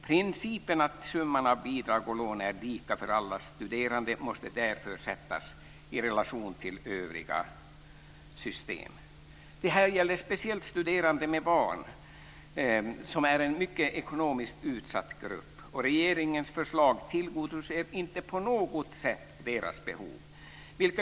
Principen att summan av bidrag och lån är lika för alla studerande måste därför sättas i relation till övriga system. Det här gäller speciellt studerande med barn som är en mycket ekonomiskt utsatt grupp. Regeringens förslag tillgodoser inte på något sätt deras behov.